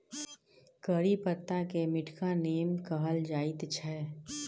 करी पत्ताकेँ मीठका नीम कहल जाइत छै